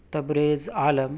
Tabrez Alam